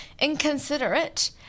inconsiderate